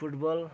football